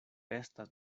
estas